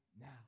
now